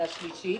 על הקריאה השלישית,